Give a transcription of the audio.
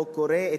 או קורא,